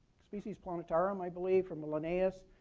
species plantarum, i believe, from the linnaeus.